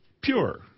pure